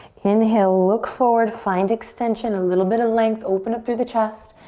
inhale, look forward, find extension, a little bit of length. open up through the chest.